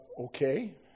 okay